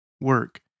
work